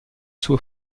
suo